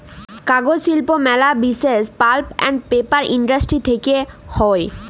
কাগজ শিল্প ম্যালা বিসেস পাল্প আন্ড পেপার ইন্ডাস্ট্রি থেক্যে হউ